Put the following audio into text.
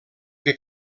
que